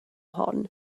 hon